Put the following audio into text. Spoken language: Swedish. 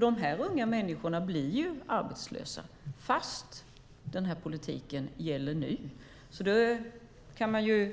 De här unga människorna blir arbetslösa fastän den här politiken gäller. Det kan man